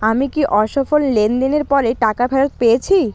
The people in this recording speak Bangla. আমি কি অসফল লেনদেনের পরে টাকা ফেরত পেয়েছি